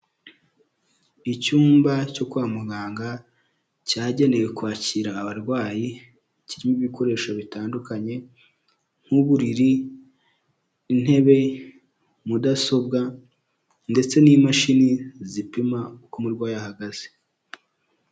icyumba cyo kwa muganga cyagenewe kwakira abarwayi kirimo ibikoresho bitandukanye nk'uburiri intebe mudasobwa ndetse n'imashini zipima uko umurwayi ahahagaze